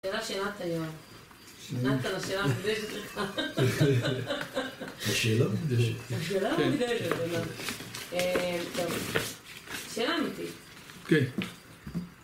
זו שאלה שאלת היום. נתן השאלה מוקדשת לך, חחח, יש שאלות. השאלה מוקדשת, השאלה מוקדשת שאלה אמיתית. כן